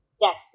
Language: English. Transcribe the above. Yes